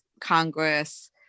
Congress